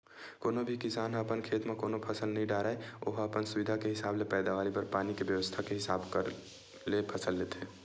कोनो भी किसान ह अपन खेत म कोनो फसल नइ डारय ओहा अपन सुबिधा के हिसाब ले पैदावारी बर पानी के बेवस्था के हिसाब ले फसल लेथे